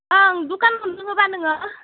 ओं दुखान मोनगोनना नोङो